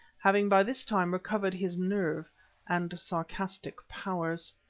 having by this time recovered his nerve and sarcastic powers.